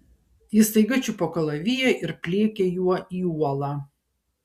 ji staiga čiupo kalaviją ir pliekė juo į uolą